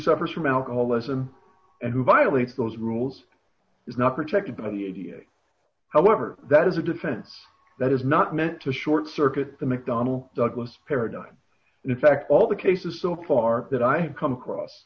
suffers from alcoholism and who violates those rules is not protected by the idea however that is a defense that is not meant to short circuit the mcdonnell douglas paradigm and in fact all the cases so far that i have come across